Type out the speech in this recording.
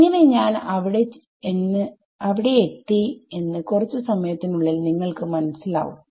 എങ്ങനെ ഞാൻ അവിടെ എന്ന് കുറച്ചു സമയത്തിനുള്ളിൽ നിങ്ങൾക്ക് മനസ്സിലാവും